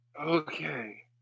Okay